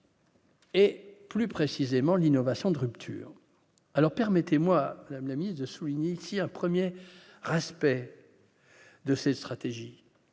Et plus précisément l'innovation de rupture, alors permettez-moi, même la ami de souligner ici un 1er aspect de cette stratégie,